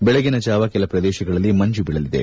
ಬೆಳಗಿನ ಜಾವ ಕೆಲ ಪ್ರದೇಶಗಳಲ್ಲಿ ಮಂಜು ಬೀಳಲಿದೆ